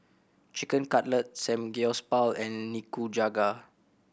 Chicken Cutlet Samgyeopsal and Nikujaga